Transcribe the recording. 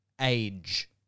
age